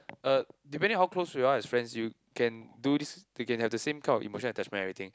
uh depending on how close you are as friends you can do this you can have the same kind of emotion attachment everything